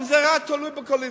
אם זה היה תלוי בקואליציה.